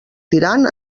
tirant